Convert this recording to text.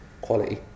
quality